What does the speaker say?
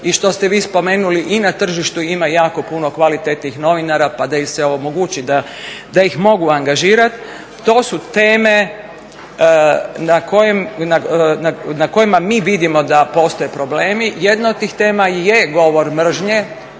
i što ste vi spomenuli i na tržištu ima jako puno kvalitetnih novinara pa da im se omogući da ih mogu angažirat. To su teme na kojima mi vidimo da postoje problemi. Jedna od tih tema je govor mržnje,